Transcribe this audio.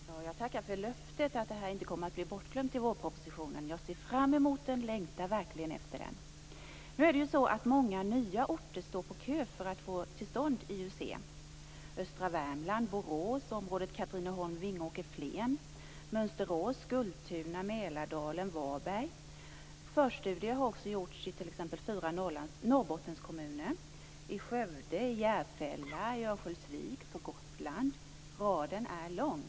Herr talman! Jag tackar för löftet om att detta inte blir bortglömt i vårpropositionen. Jag ser fram emot den och längtar verkligen efter den. Nu är det ju så att många nya orter står i kö för att få till stånd IUC. Det gäller då östra Värmland, Borås, området Katrineholm-Vingåker-Flen, Mönsterås, Skultuna, Mälardalen och Varberg. Förstudier har också gjorts t.ex. i fyra Norrbottenskommuner, i Raden av orter är lång.